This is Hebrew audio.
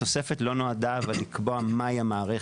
התוספת לא נועדה לקבוע מהי המערכת.